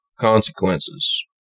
consequences